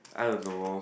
I don't know